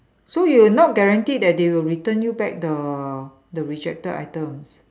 so you will not guaranteed that they will return you back the the rejected items